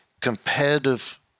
competitive